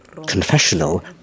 confessional